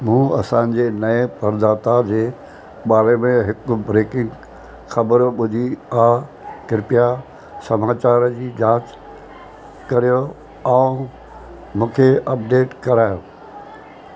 मूं असांजे नए प्रदाता जे बारे में हिकु ब्रेकिंग ख़बर ॿुधी आहे कृपया समाचार जी जांच करियो ऐं मूंखे अपडेट करायो